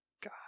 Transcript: God